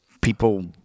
people